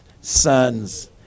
sons